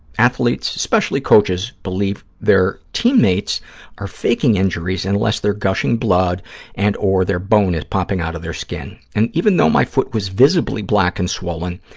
athletes, especially coaches, believe their teammates are faking injuries unless they're gushing blood and or their bone is popping out of their skin, and even though my foot was visibly black and swollen,